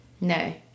No